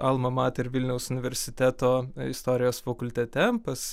alma mater vilniaus universiteto istorijos fakultete pas